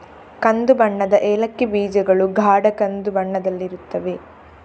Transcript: ಕಂದು ಬಣ್ಣದ ಏಲಕ್ಕಿ ಬೀಜಗಳು ಗಾಢ ಕಂದು ಬಣ್ಣದಲ್ಲಿರುತ್ತವೆ